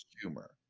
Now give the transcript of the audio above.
humor